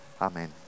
Amen